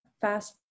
fast